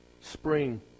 spring